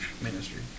ministry